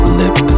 lip